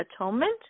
atonement